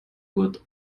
good